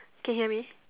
can you hear me